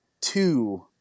two –